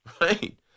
Right